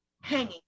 hanging